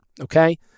okay